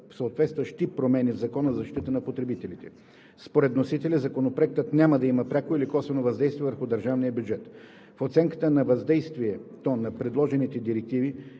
съответстващи промени в Закона за защита на потребителите. Според вносителя Законопроектът няма да има пряко или косвено въздействие върху държавния бюджет. В оценката на въздействието на предложените директиви